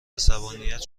عصبانیت